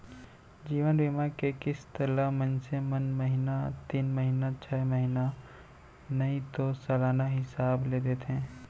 जीवन बीमा के किस्त ल मनसे मन महिना तीन महिना छै महिना नइ तो सलाना हिसाब ले देथे